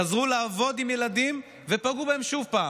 חזרו לעבוד עם ילדים ופגעו בהם שוב.